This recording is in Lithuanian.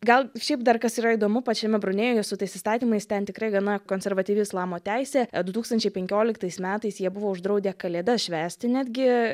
gal šiaip dar kas yra įdomu pačiame brunėjuje su tais įstatymais ten tikrai gana konservatyvi islamo teisė du tūkstančiai penkioliktais metais jie buvo uždraudę kalėdas švęsti netgi